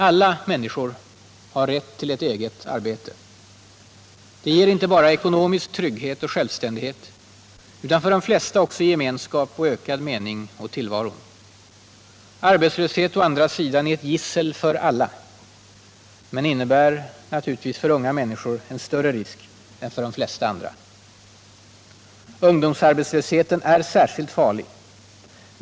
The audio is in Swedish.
Alla människor har rätt till ett eget arbete. Det ger inte bara ekonomisk trygghet och självständighet utan för de flesta också gemenskap och ökad mening åt tillvaron. Arbetslöshet å andra sidan är ett gissel för alla men innebär naturligtvis för unga människor en större risk än för de flesta andra. Ungdomsarbetslösheten är särskilt farlig.